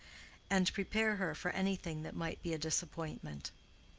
and prepare her for anything that might be a disappointment.